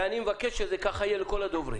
ואני מבקש שכך זה יהיה לכל הדוברים.